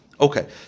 okay